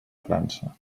frança